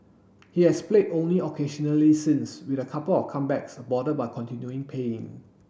he has played only occasionally since with a couple of comebacks aborted by continuing pain